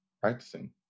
practicing